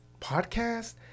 podcast